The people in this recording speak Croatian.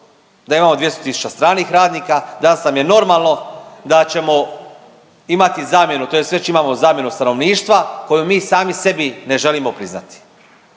da imamo 200 tisuća stranih radnika, danas nam je normalno da ćemo imati zamjenu, tj. već imamo zamjenu stanovništva koju mi sami sebi ne želimo priznati.